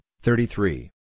thirty-three